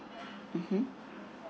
mmhmm